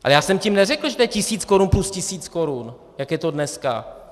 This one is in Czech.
Ale já jsem tím neřekl, že to je tisíc korun plus tisíc korun, jak je to dneska.